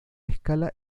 escala